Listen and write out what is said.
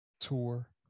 tour